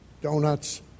donuts